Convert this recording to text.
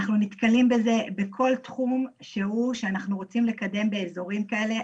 אנחנו נתקלים בזה בכל תחום שהוא שאנחנו רוצים לקדם באזורים האלה.